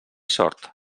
sort